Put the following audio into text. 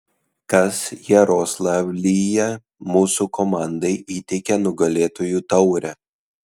kas jaroslavlyje mūsų komandai įteikė nugalėtojų taurę